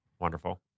Wonderful